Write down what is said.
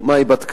מה היא בדקה,